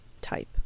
type